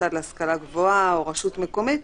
מוסד להשכלה גבוהה או רשות מקומית,